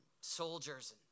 soldiers